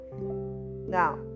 now